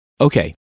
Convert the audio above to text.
Okay